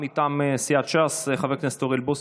מטעם סיעת ש"ס, חבר הכנסת אוריאל בוסו,